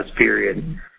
period